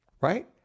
right